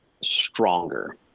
stronger